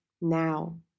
now